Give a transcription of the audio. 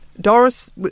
Doris